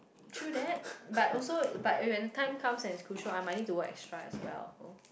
chill that but also but when time comes at school shop I might need to work extra as well